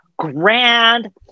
grand